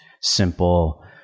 simple